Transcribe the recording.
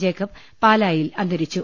Jacob പാലായിൽ അന്തരിച്ചു